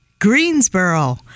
Greensboro